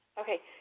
Okay